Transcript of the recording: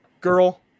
Girl